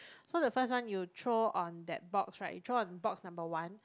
so the first one you throw on that box right you throw on box number one